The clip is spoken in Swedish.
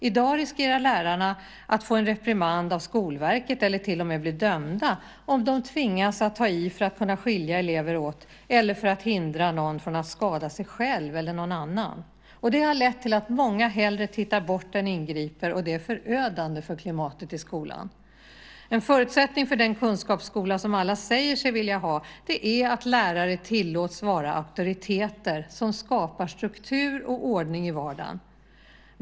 I dag riskerar lärarna att få en reprimand av Skolverket, eller till och med bli dömda, om de tvingas att ta i för att kunna skilja elever åt eller för att hindra någon från att skada sig själv eller någon annan. Det har lett till att många hellre tittar bort än ingriper. Det är förödande för klimatet i skolan. En förutsättning för den kunskapsskola som alla säger sig vilja ha är att lärarna tillåts vara auktoriteter som skapar struktur och ordning i vardagen.